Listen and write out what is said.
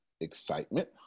excitement